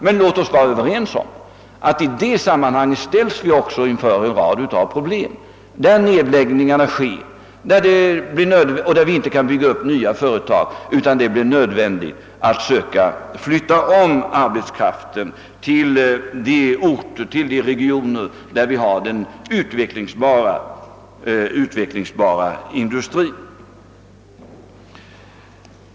Men i detta sammanhang ställs vi också inför en rad problem, genom att nedläggningar sker där vi inte kan bygga upp nya företag, varför det blir nödvändigt att söka flytta om arbetskraften till orter och regioner där den utvecklingsbara industrin finns.